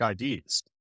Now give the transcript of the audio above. IDs